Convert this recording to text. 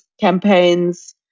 campaigns